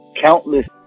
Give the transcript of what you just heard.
countless